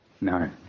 No